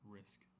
risk